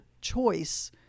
choice